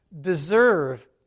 deserve